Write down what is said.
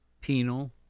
penal